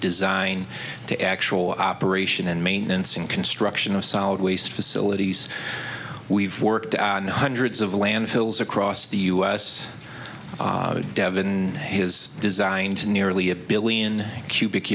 design to actual operation and maintenance and construction of solid waste facilities we've worked on hundreds of landfills across the u s devon has designed to nearly a billion cubic